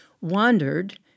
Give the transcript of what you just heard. wandered